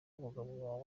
umugabo